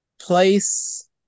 place